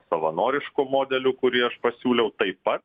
savanorišku modeliu kurį aš pasiūliau taip pat